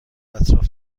اطراف